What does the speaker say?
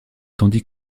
tandis